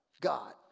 God